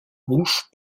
bouche